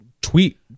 tweet